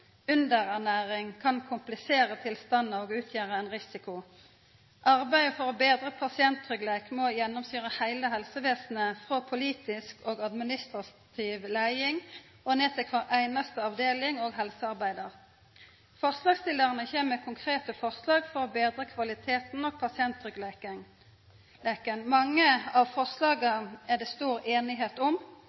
Underernæring kan komplisera tilstandar og utgjera ein risiko. Arbeidet for å betra pasienttryggleiken må gjennomsyra heile helsevesenet frå politisk og administrativ leiing og ned til kvar einaste avdeling og helsearbeidar. Forslagsstillarane kjem med konkrete forslag for å betra kvaliteten og pasienttryggleiken. Mange av forslaga er det stor semje om.